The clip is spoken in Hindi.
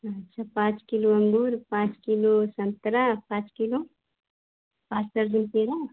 अच्छा पाँच किलो अंगूर पाँच किलो संतरा पाँच किलो पाँच दर्जन केला